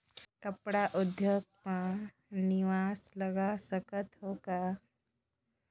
कपड़ा उद्योग म निवेश लगा सकत हो का?